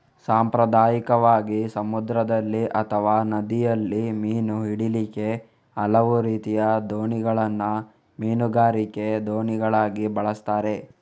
ಸಾಂಪ್ರದಾಯಿಕವಾಗಿ ಸಮುದ್ರದಲ್ಲಿ ಅಥವಾ ನದಿಯಲ್ಲಿ ಮೀನು ಹಿಡೀಲಿಕ್ಕೆ ಹಲವು ರೀತಿಯ ದೋಣಿಗಳನ್ನ ಮೀನುಗಾರಿಕೆ ದೋಣಿಗಳಾಗಿ ಬಳಸ್ತಾರೆ